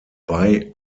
bei